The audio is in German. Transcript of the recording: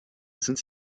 sind